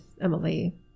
Emily